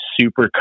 super